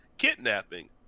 Kidnapping